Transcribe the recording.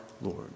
Lord